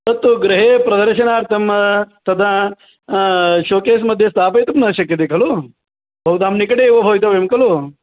तत्तु गृहे प्रदर्शनार्थं तदा शोकेस् मध्ये स्थापयितुं न शक्यते खलु भवतां निकटे एव भवितव्यं खलु